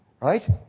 Right